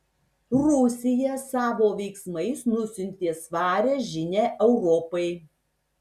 rusija savo veiksmais nusiuntė svarią žinią europai